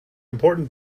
important